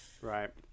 Right